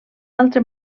altre